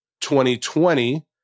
2020